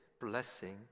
blessing